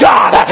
God